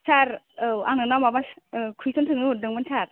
सार औ आं नोनाव माबा कुइसन सोंनो हरदोंमोन सार